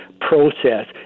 process